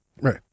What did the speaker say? Right